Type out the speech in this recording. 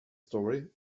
story